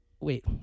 Wait